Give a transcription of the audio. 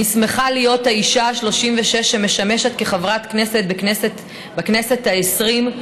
אני שמחה להיות האישה ה-36 שמשמשת כחברת כנסת בכנסת העשרים,